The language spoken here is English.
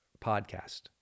podcast